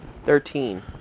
Thirteen